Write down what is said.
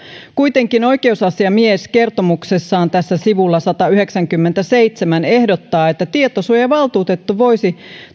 kuitenkin oikeusasiamies kertomuksessaan tässä sivulla satayhdeksänkymmentäseitsemän ehdottaa että tietosuojavaltuutettu voisi